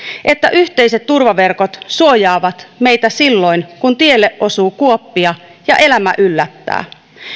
että yhteiset turvaverkot suojaavat meitä silloin kun tielle osuu kuoppia ja elämä yllättää